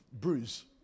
bruise